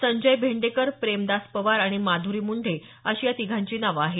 संजय भेंडेकर प्रेमदास पवार आणि माधुरी मुंढे अशी या तिघांची नावं आहेत